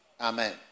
Amen